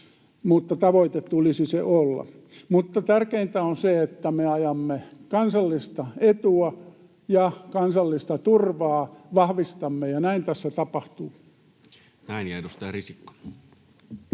mutta tavoite sen tulisi olla. Mutta tärkeintä on se, että me ajamme kansallista etua ja vahvistamme kansallista turvaa, ja näin tässä tapahtuu. Näin. — Ja edustaja Risikko.